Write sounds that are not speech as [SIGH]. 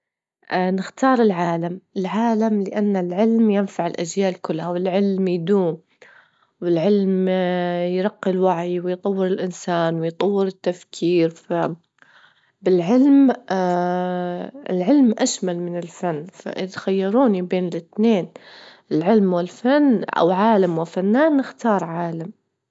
نختار العالم، العالم لأن العلم ينفع الأجيال كلها، والعلم يدوم، والعلم [HESITATION] يرقي الوعي، ويطور الإنسان، ويطور التفكير، بالعلم [HESITATION] العلم أشمل من الفن، فإذا خيروني بين الاتنين العلم والفن أو عالم وفنان نختار عالم.